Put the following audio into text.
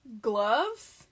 Gloves